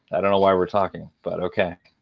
i don't know why we're talking. but, ok.